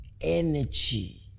energy